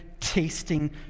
tasting